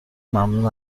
ممنون